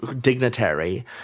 Dignitary